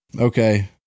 Okay